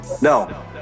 No